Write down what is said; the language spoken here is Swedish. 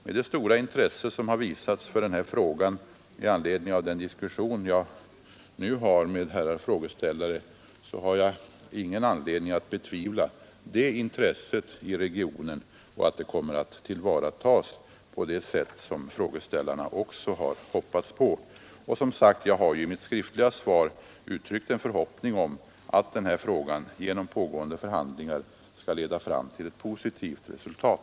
Med det stora intresse som har visats för den här frågan har jag ingen anledning att betvivla att det intresset finns i regionen och att det kommer att tillvaratas på det sätt som frågeställarna också har hoppats på. Och jag har, som sagt, i mitt skriftliga svar uttryckt en förhoppning om att den här frågan genom pågående förhandlingar skall föras fram till ett positivt resultat.